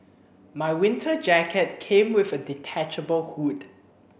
my winter jacket came with a detachable hood